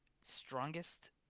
strongest